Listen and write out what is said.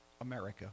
America